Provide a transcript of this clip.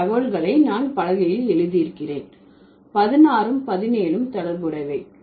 பதினாறும் பதினேழும் தொடர்புடையவை